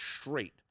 straight